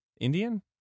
Indian